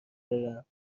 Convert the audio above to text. میره، برم